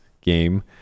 game